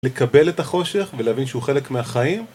לקבל את החושך ולהבין שהוא חלק מהחיים.